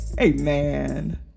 Amen